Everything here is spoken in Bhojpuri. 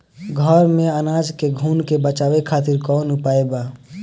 घर में अनाज के घुन से बचावे खातिर कवन उपाय बा?